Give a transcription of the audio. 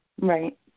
Right